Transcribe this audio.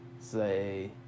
say